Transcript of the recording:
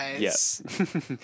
Yes